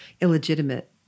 illegitimate